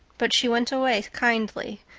but she went away kindly,